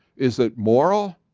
is it moral?